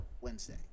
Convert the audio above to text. Wednesday